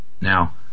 now